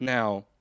Now